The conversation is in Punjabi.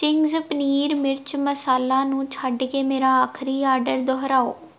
ਚਿੰਗਜ਼ ਪਨੀਰ ਮਿਰਚ ਮਸਾਲਾ ਨੂੰ ਛੱਡ ਕੇ ਮੇਰਾ ਆਖਰੀ ਆਰਡਰ ਦੁਹਰਾਓ